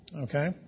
okay